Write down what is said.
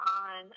on